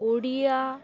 Odia